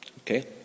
Okay